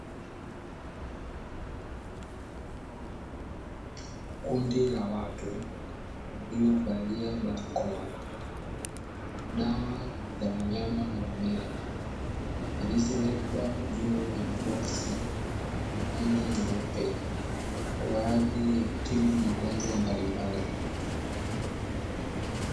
Kundi la watu waliovalia barakoa, dawa za wanyama na mimea zilizowekwa juu ya maboksi ya rangi nyeupe kwa ajili ya kutibu magonjwa mbalimbali.